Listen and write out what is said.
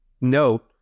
note